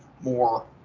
more